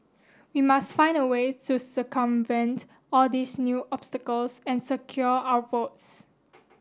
we must find a way to circumvent all these new obstacles and secure our votes